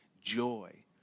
joy